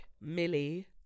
Millie